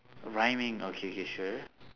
rhyming okay K sure